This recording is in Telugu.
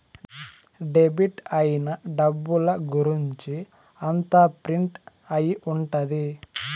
డెబిట్ అయిన డబ్బుల గురుంచి అంతా ప్రింట్ అయి ఉంటది